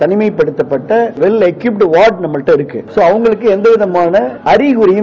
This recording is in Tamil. தனிமைப்படுத்தப்பட்ட வெல் எக்யூப்டு வார்டு நம்மகிட்ட இருக்கு அவங்களுக்கு எந்தவிதமான அறிகுறியும்